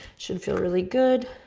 should feel really good,